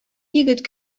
егет